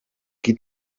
qui